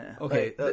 Okay